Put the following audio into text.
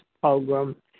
program